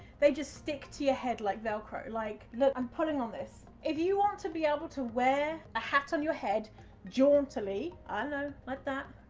they just stick to your head like velcro. like, look, i'm pulling on this. if you want to be able to wear a hat on your head jauntily, i ah know, like that,